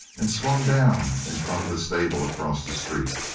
and swung down in front of the stable across the street.